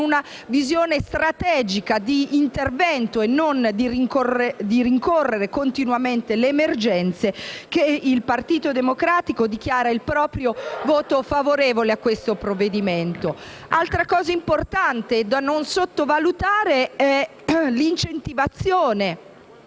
una visione strategica di intervento e non di rincorsa continua delle emergenze che il Partito Democratico dichiara il proprio voto favorevole su questo provvedimento. Un'altra cosa importante da non sottovalutare è l'incentivazione,